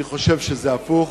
אני חושב שזה הפוך,